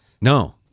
No